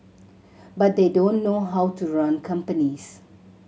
but they don't know how to run companies